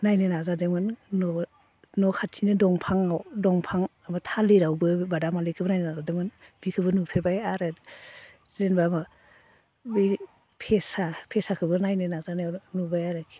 नायनो नाजादोमोन न' खाथिनि दंफां दंफां थालिरावबो बादामालिखोबो नायनो नाजादोमोन बिखोबो नुफेरबाय आरो जेन'बा बे फेसा फेसाखोबो नायनो नाजानायाव नुबाय आरो